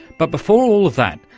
but before all of that,